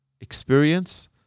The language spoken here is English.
experience